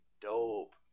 dope